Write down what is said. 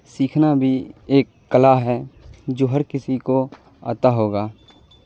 سیکھنا بھی ایک کلا ہے جو ہر کسی کو آتا ہوگا